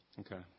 Okay